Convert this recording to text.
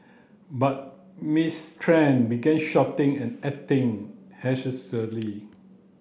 but Miss Tran began shouting and acting